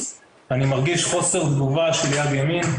אני מרגיש חוסר תגובה של יד ימין,